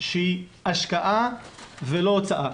שהיא השקעה ולא הוצאה,